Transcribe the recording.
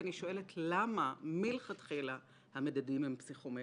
כי אני שואלת למה מלכתחילה המדדים הם פסיכומטריים?